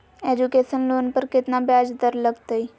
Education loan पर केतना ब्याज दर लगतई?